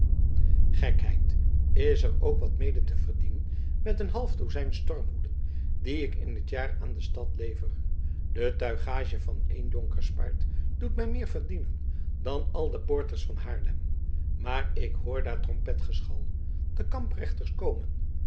gekheid is er ook wat mede te verdienen met een half dozijn stormhoeden die ik in t jaar aan de stad lever de tuigage van één jonkerspaard doet mij meer verdienen dan al de poorters van haarlem maar ik hoor daar trompetgeschal de kamprechters komen